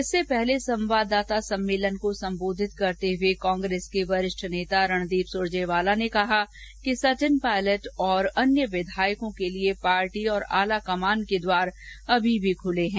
इससे पहले संवाददाता सम्मेलन को संबोधित करते हुए कांग्रेस के वरिष्ठ नेता रणदीप सुरजेवाला ने कहा कि सचिन पायलट और अन्य विधायकों के लिए पार्टी और आलाकमान के द्वार अभी भी खुले हैं